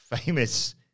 Famous